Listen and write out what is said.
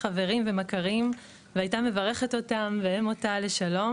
חברים ומכרים והייתה מברכת אותה והם אותה לשלום